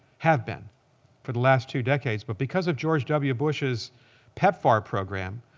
have been for the last two decades. but because of george w. bush's pepfar program,